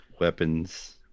weapons